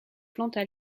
plantes